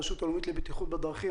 הרשות הלאומית לבטיחות בדרכים,